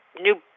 new